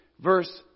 verse